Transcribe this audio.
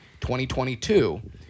2022